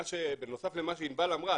בנוסף למה שעינבל אמרה,